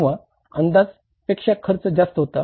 किंवा अंदाजा पेक्षा खर्च जास्त होता